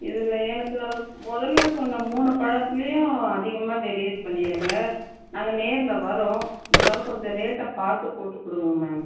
இதில் எனக்கு முதல்ல சொன்ன மூணு பழத்துலேயும் அதிகமாக டெலிவரி பண்ணிடுங்க நாங்கள் நேரில் வர்றோம் இருந்தாலும் கொஞ்சம் ரேட்டை பார்த்து போட்டுக் கொடுங்க மேம்